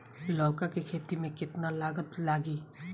लौका के खेती में केतना लागत लागी?